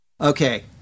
Okay